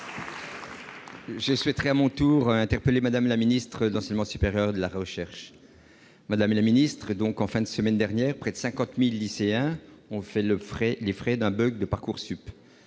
Je souhaiterais à mon tour interpeller Mme la ministre de l'enseignement supérieur, de la recherche et de l'innovation. Madame la ministre, en fin de semaine dernière, près de 50 000 lycéens ont fait les frais d'un bug de Parcoursup.